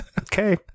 Okay